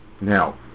Now